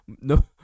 No